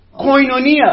koinonia